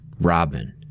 Robin